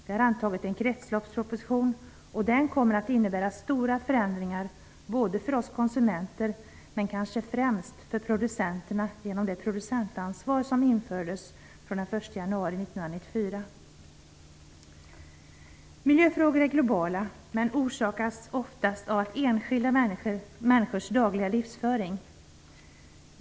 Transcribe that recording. Vi har antagit en kretsloppsproposition, och den kommer att innebära stora förändringar både för oss konsumenter och kanske främst för producenterna genom det producentansvar som infördes från den 1 januari Miljöfrågorna är globala, men de orsakas oftast av enskilda människors dagliga livsföring.